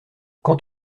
quant